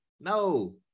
No